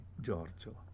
Giorgio